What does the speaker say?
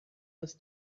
des